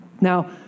Now